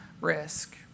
risk